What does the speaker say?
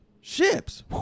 Ships